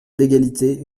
d’égalité